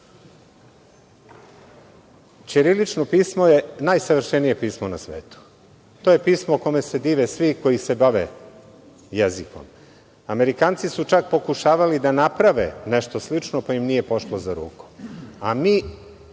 pismu. Ćirilično pismo je najsavršenije pismo na svetu. To je pismo kome se dive svi koji se bave jezikom. Amerikanci su čak pokušavali da naprave nešto slično, pa im nije pošlo za rukom,